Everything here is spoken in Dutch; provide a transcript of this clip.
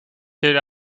jullie